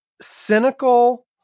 cynical